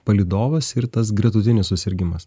palydovas ir tas gretutinis susirgimas